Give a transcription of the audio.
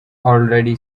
already